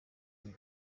uyu